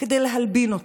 כדי להלבין אותו.